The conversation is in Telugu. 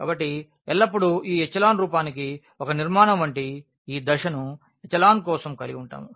కాబట్టి ఎల్లప్పుడూ ఈ ఎచెలాన్ రూపానికి ఒక నిర్మాణం వంటి ఈ దశను ఎచెలాన్ కోసం కలిగి ఉంటాము